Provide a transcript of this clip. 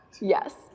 Yes